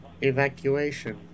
evacuation